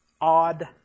odd